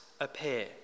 appear